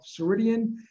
Ceridian